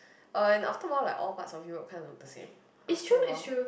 uh and after awhile like all parts of Europe kind of look the same after awhile